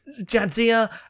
Jadzia